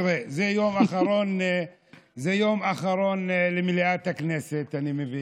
תראה, זה היום האחרון למליאת הכנסת, אני מבין,